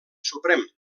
suprem